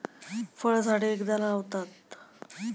फळझाडे एकदा लावतात